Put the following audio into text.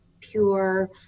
pure